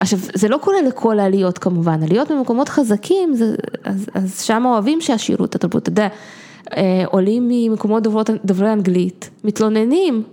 עכשיו זה לא קורה לכל העליות כמובן, עליות ממקומות חזקים, אז שם אוהבים שהשאירו את התרבות, אתה יודע, עולים ממקומות דוברי אנגלית, מתלוננים.